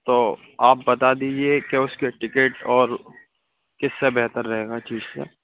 تو آپ بتا دیجیے کہ اس کے ٹکٹ اور کس سے بہتر رہے گا چیز کا